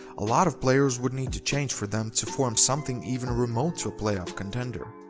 a lot of players would need to change for them to form something even remote to a playoff contender.